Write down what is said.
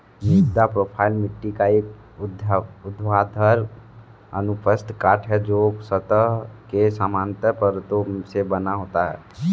मृदा प्रोफ़ाइल मिट्टी का एक ऊर्ध्वाधर अनुप्रस्थ काट है, जो सतह के समानांतर परतों से बना होता है